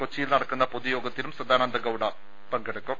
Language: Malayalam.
കൊച്ചിയിൽ നടക്കുന്ന് പൊതുയോഗത്തിലും സദാനന്ദഗൌഡ പങ്കെടുക്കും